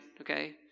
Okay